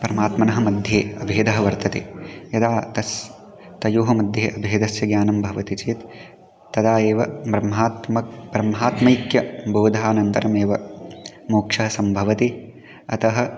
परमात्मनः मध्ये अभेदः वर्तते यदा तस् तयोः मध्ये भेदस्य ज्ञानं भवति चेत् तदा एव ब्रह्मात्मकं ब्रह्मात्मैक्य बोधानन्तरमेव मोक्षः सम्भवति अतः